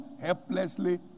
helplessly